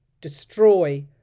destroy